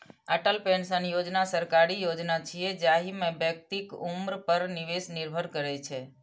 Atal pension योजना सरकारी योजना छियै, जाहि मे व्यक्तिक उम्र पर निवेश निर्भर करै छै